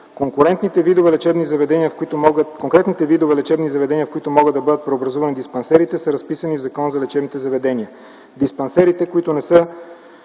Конкретните видове лечебни заведения, в които могат да бъдат преобразувани диспансерите, са разписани в Закона за лечебните заведения.